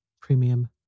Premium